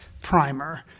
primer